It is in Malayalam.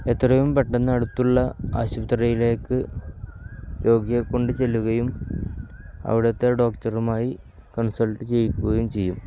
എത്രയും പെട്ടെന്ന് അടുത്തുള്ള ആശുപത്രിയിലേക്കു രോഗിയ കൊണ്ടുചെല്ലുകയും അവിടുത്തെ ഡോക്ടറുമായി കൺസൾട്ട് ചെയ്യിക്കുകയും ചെയ്യും